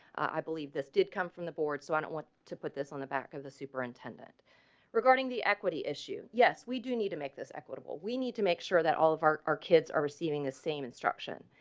i believe this did come from the board so i don't want to put this on the back of the superintendent regarding the equity yes, we do need to make this equitable. we need to make sure that all of our our kids are receiving the same instruction.